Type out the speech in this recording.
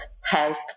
health